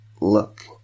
look